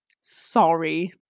Sorry